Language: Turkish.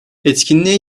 etkinliğe